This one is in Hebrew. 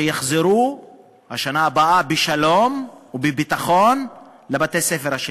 שיחזרו בשנה הבאה בשלום ובביטחון לבתי-הספר שלהם,